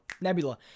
Nebula